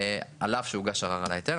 על אף שהוגש ערר על ההיתר.